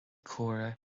córa